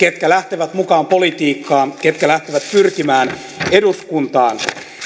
siihen ketkä lähtevät mukaan politiikkaan ketkä lähtevät pyrkimään eduskuntaan